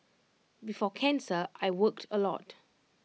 before cancer I worked A lot